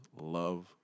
love